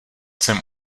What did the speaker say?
jsem